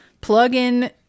plug-in